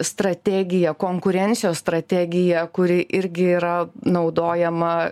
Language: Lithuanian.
strategija konkurencijos strategija kuri irgi yra naudojama